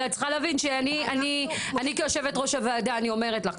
אבל את צריכה להבין שאני כיושבת-ראש הוועדה אני אומרת לך,